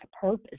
purpose